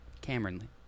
Cameron